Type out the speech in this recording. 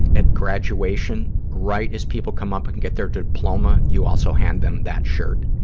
at graduation, right as people come up and get their diploma, you also hand them that shirt.